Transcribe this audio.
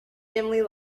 dimly